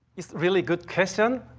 it's really good question.